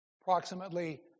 Approximately